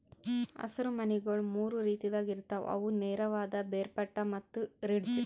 ಹಸಿರು ಮನಿಗೊಳ್ ಮೂರು ರೀತಿದಾಗ್ ಇರ್ತಾವ್ ಅವು ನೇರವಾದ, ಬೇರ್ಪಟ್ಟ ಮತ್ತ ರಿಡ್ಜ್